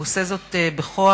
הוא עושה זאת בכוח,